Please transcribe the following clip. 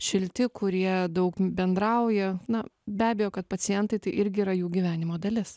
šilti kurie daug bendrauja na be abejo kad pacientai tai irgi yra jų gyvenimo dalis